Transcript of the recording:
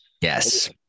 Yes